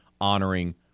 honoring